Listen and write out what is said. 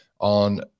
on